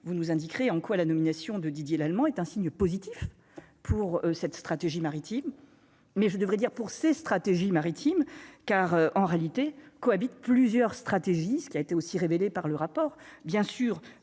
vous nous indiqueraient en quoi la nomination de Didier Lallement est un signe positif pour cette stratégie maritime, mais je devrais dire pour ces stratégies maritime, car en réalité cohabitent plusieurs stratégies, ce qui a été aussi révélé par le rapport, bien sûr,